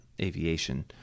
aviation